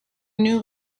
new